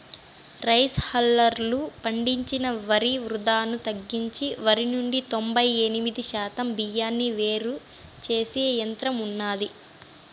rice హల్లర్లు పండించిన వరి వృధాను తగ్గించి వరి నుండి తొంబై ఎనిమిది శాతం బియ్యాన్ని వేరు చేసే యంత్రం ఉన్నాది